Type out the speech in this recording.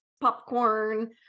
popcorn